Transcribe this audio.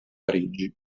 parigi